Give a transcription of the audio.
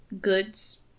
goods